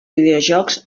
videojocs